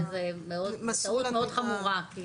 וזו טעות מאוד חמורה.